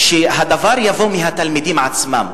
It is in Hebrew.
שהדבר יבוא מהתלמידים עצמם.